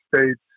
states